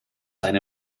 eine